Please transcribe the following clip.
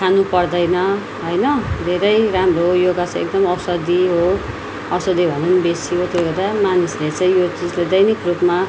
खानु पर्दैन होइन धेरै राम्रो योगा चाहिँ एकदम औषधि हो औषधि भन्दा नि बेसी भेटाए मानिसले चाहिँ यो चिजलाई दैनिक रुपमा